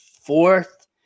fourth